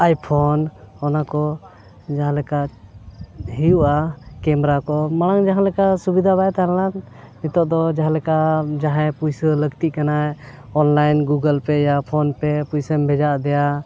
iPhone ᱚᱱᱟ ᱠᱚ ᱡᱟᱦᱟᱸ ᱞᱮᱠᱟ ᱦᱩᱭᱩᱜᱼᱟ ᱠᱮᱢᱮᱨᱟ ᱠᱚ ᱢᱟᱲᱟᱝ ᱡᱟᱦᱟᱸ ᱞᱮᱠᱟ ᱥᱩᱵᱤᱫᱷᱟ ᱵᱟᱭ ᱛᱟᱦᱮᱱᱟ ᱱᱤᱛᱳᱜ ᱫᱚ ᱡᱟᱦᱟᱸᱞᱮᱠᱟ ᱡᱟᱦᱟᱸᱭ ᱯᱩᱭᱥᱟᱹ ᱞᱟᱹᱠᱛᱤᱜ ᱠᱟᱱᱟᱭ ᱚᱱᱞᱟᱭᱤᱱ ᱜᱩᱜᱳᱞ ᱯᱮ ᱭᱟ ᱯᱷᱳᱱ ᱯᱮ ᱯᱩᱭᱥᱟᱹᱢ ᱵᱷᱮᱡᱟ ᱟᱫᱮᱭᱟ